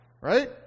right